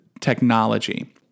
technology